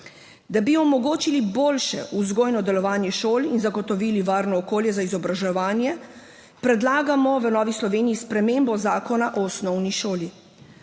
Da bi omogočili boljše vzgojno delovanje šol in zagotovili varno okolje za izobraževanje, predlagamo v Novi Sloveniji spremembo Zakona o osnovni šoli.